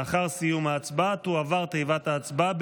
לאחר סיום ההצבעה תועבר תיבת ההצבעה,